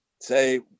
Say